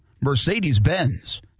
Mercedes-Benz